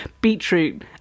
beetroot